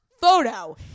Photo